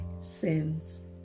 sins